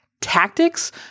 Tactics